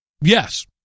yes